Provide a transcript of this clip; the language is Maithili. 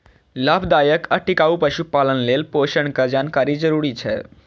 लाभदायक आ टिकाउ पशुपालन लेल पोषणक जानकारी जरूरी छै